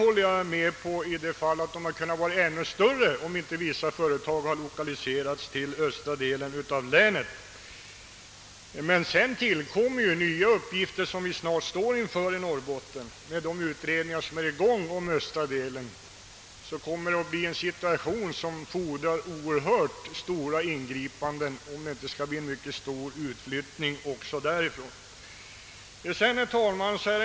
Jag kan hålla med om att försämringen hade varit större om inte vissa företag lokaliserats till den östra delen av länet. Enligt de utredningar som pågår beträffande denna del av Norrbottens län kommer vi snart att stå inför en situation som fordrar synnerligen stora ingripanden om vi inte skall få en mycket stor utflyttning även från detta område. Herr talman!